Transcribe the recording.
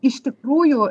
iš tikrųjų